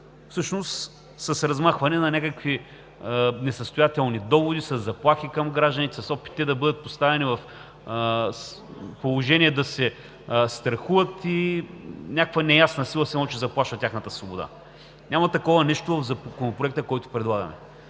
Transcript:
всъщност с размахване на някакви несъстоятелни доводи, със заплахи към гражданите, с опити да бъдат поставяни в положение да се страхуват и сякаш някаква неясна сила заплашва тяхната свобода. Няма такова нещо в Законопроекта, който предлагаме.